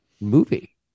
movie